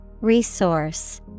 Resource